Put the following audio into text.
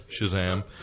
Shazam